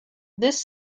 this